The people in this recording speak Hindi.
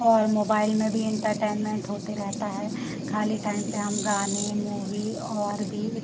और मोबाइल में भी इंटरटेनमेंट होते रहता है खाली टाइम पर हम गाने मूवी और भी